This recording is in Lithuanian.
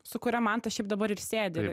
su kuria mantas šiaip dabar ir sėdi